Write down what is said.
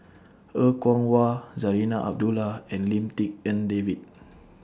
Er Kwong Wah Zarinah Abdullah and Lim Tik En David